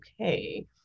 okay